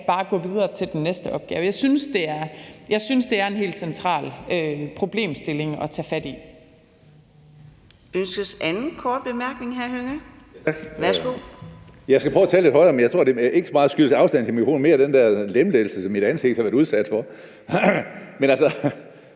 kan gå videre til den næste opgave. Jeg synes, det er en helt central problemstilling at tage fat i.